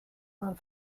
man